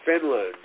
Finland